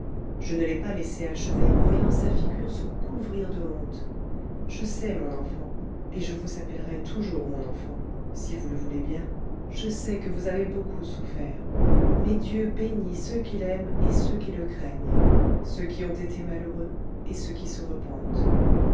je ne l'ai pas laissée achever en voyant sa figure se couvrir de honte je sais mon enfant et je vous appellerai toujours mon enfant si vous le voulez bien je sais que vous avez beaucoup souffert mais dieu bénit ceux qui l'aiment et ceux qui le craignent ceux qui ont été malheureux et ceux qui se repentent